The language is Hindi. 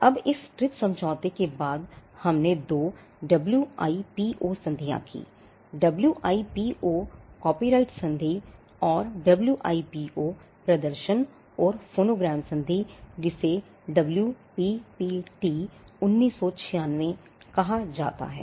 अब इस ट्रिप्स समझौते के बाद हमने दो डब्ल्यूआईपीओसंधि जिसे WPPT1996 कहा जाता है